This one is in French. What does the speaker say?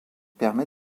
permet